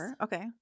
okay